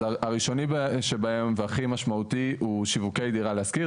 אז הראשוני שבהם והכי משמעותי הוא שיווקי דירה להשכיר,